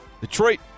Detroit